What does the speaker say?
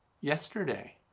yesterday